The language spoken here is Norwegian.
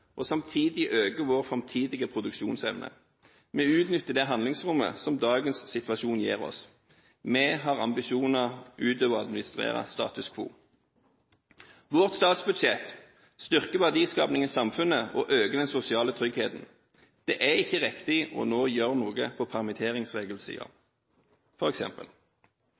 som samtidig øker vår produksjonsevne. Vi utnytter det handlingsrommet som dagens situasjon gir oss. Vi har ambisjoner utover å administrere status quo. Vårt statsbudsjett styrker verdiskapingen i samfunnet og øker den sosiale tryggheten. Det er ikke riktig nå å gjøre noe på